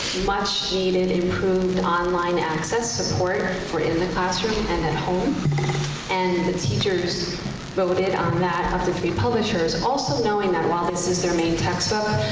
much needed improved online access support for in the classroom and at home and the teachers voted on that, but the three publishers, also knowing that while this is their main textbook,